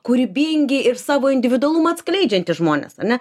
kūrybingi ir savo individualumą atskleidžiantys žmonės ar ne